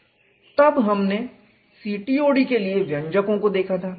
तब हमने CTOD के लिए व्यंजकों को देखा था